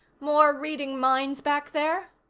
more reading minds back there?